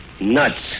Nuts